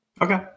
Okay